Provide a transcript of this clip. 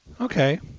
Okay